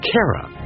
Kara